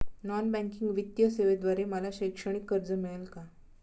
Non banking वित्तीय सेवेद्वारे मला शैक्षणिक कर्ज मिळेल का?